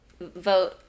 Vote